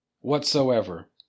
whatsoever